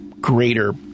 greater